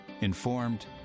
informed